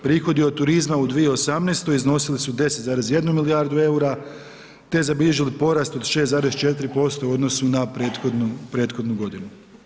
Prihodi od turizma u 2018. iznosili su 10,1 milijardu eura, te zabilježili porast od 6,4% u odnosu na prethodnu godinu.